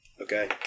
Okay